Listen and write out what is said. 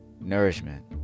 Nourishment